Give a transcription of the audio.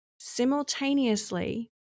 Simultaneously